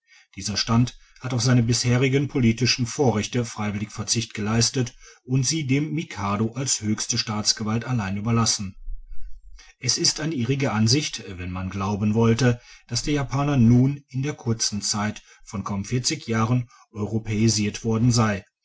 dieser stand hat auf seine bisherigen politischen vorrechte freiwillig verzicht geleistet und sie dem mikado als höchste staatsgewalt allein überlassen es ist eine irrige ansicht wenn man glauben wollte dass der japaner nun in der kurzen zeit von kaum vierzig jahren europäisiert worden sei